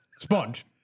Sponge